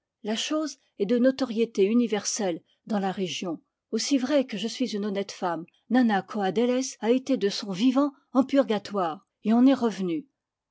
la chose est de notoriété universelle dans la région aussi vrai que je suis une honnête femme nanna coadélez a été de son vivant en purgatoire et en est revenue